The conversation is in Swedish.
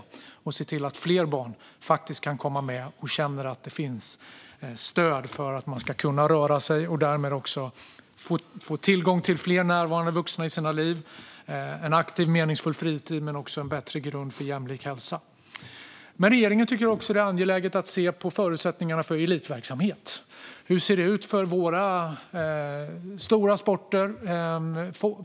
Vi vill se till att fler barn kan komma med och känner att det finns stöd för att de ska kunna röra sig och att de därmed också får tillgång till fler närvarande vuxna i sitt liv och en aktiv meningsfull fritid men också en bättre grund för jämlik hälsa. Regeringen tycker att det är angeläget att se på förutsättningarna för elitverksamhet. Hur ser det ut för våra stora sporter?